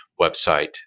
website